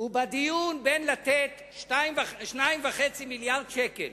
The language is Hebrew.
ובדיון בין לתת 2.5 מיליארדי שקלים